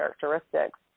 characteristics